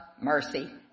mercy